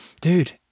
dude